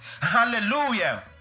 Hallelujah